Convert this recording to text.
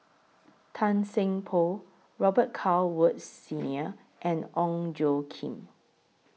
Tan Seng Poh Robet Carr Woods Senior and Ong Tjoe Kim